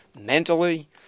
mentally